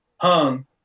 hung